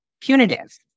punitive